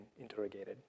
interrogated